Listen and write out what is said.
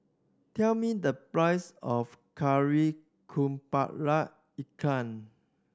tell me the price of Kari Kepala Ikan